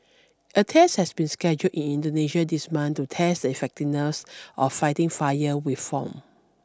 a test has been scheduled in Indonesia this month to test the effectiveness of fighting fire with foam